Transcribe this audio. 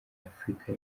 afurika